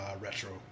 retro